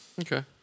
Okay